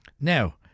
Now